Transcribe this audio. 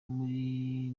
muri